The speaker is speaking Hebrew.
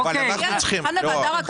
אבל אנחנו צריכים, לא.